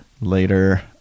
later